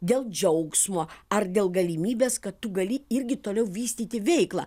dėl džiaugsmo ar dėl galimybės kad tu gali irgi toliau vystyti veiklą